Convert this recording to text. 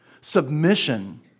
submission